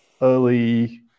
early